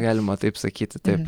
galima taip sakyti taip